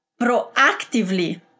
proactively